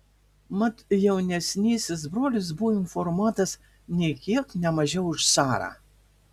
mat jaunesnysis brolis buvo informuotas nė kiek ne mažiau už carą